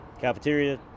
Cafeteria